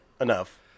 enough